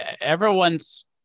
everyone's